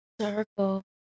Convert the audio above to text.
Circle